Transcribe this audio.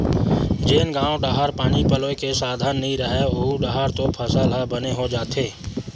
जेन गाँव डाहर पानी पलोए के साधन नइय रहय ओऊ डाहर तो फसल ह बने हो जाथे